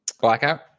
Blackout